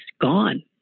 gone